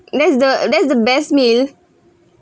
that's the that's the best meal